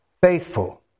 faithful